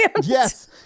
Yes